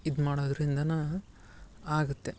ಇದು ಮಾಡೋದ್ರಿಂದನ ಆಗುತ್ತೆ